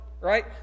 right